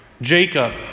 Jacob